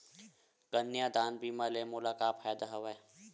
कन्यादान बीमा ले मोला का का फ़ायदा हवय?